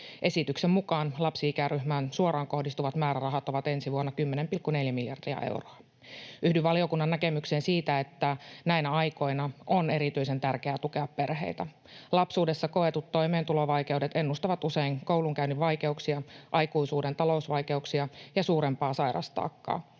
Esityksen mukaan lapsi-ikäryhmään suoraan kohdistuvat määrärahat ovat ensi vuonna 10,4 miljardia euroa. Yhdyn valiokunnan näkemykseen siitä, että näinä aikoina on erityisen tärkeää tukea perheitä. Lapsuudessa koetut toimeentulovaikeudet ennustavat usein koulunkäynnin vaikeuksia, aikuisuuden talousvaikeuksia ja suurempaa sairaustaakkaa.